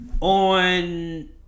on